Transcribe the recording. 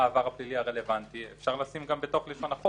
העבר הפלילי הרלוונטי אפשר לשים גם בתוך לשון החוק.